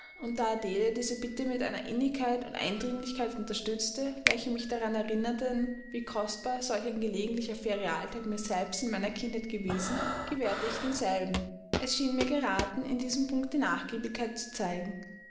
und da adele diese bitte mit einer innigkeit und eindringlichkeit unterstützte welche mich daran erinnerten wie kostbar solch ein gelegentlicher ferialtag mir selbst in meiner kindheit gewesen gewährte ich denselben es schien mir geraten in diesem punkte nachgiebigkeit zu zeigen